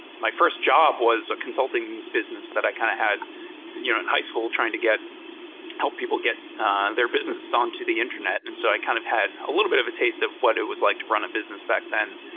my fi rst job was a consulting business that i kind of had yeah in high school trying to help people get their businesses on to the internet. and so i kind of had a little bit of a taste of what it was like to run a business back then.